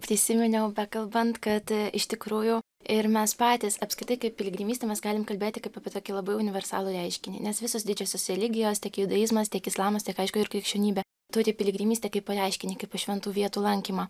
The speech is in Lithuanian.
prisiminiau bekalbant kad iš tikrųjų ir mes patys apskritai kaip piligrimystė mes galim kalbėti kaip apie tokį labai universalų reiškinį nes visos didžiosios religijos tiek judaizmas tiek islamas tiek aišku ir krikščionybė turi piligrimystę kaip reiškinį kaip šventų vietų lankymą